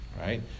right